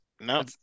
No